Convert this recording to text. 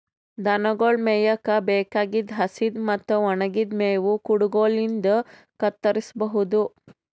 ದನಗೊಳ್ ಮೇಯಕ್ಕ್ ಬೇಕಾಗಿದ್ದ್ ಹಸಿದ್ ಮತ್ತ್ ಒಣಗಿದ್ದ್ ಮೇವ್ ಕುಡಗೊಲಿನ್ಡ್ ಕತ್ತರಸಬಹುದು